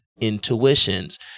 intuitions